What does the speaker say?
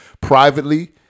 privately